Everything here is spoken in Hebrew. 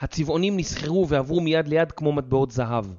הצבעונים נסחרו ועברו מיד ליד כמו מטבעות זהב.